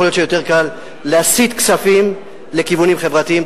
יכול להיות שיותר קל להסיט כספים לכיוונים חברתיים.